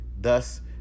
thus